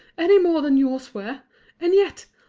any more than yours were and yet,